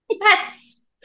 Yes